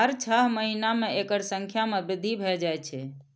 हर छह महीना मे एकर संख्या मे वृद्धि भए जाए छै